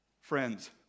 friends